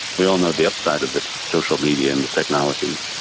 we all know the upside of the social media and the technology,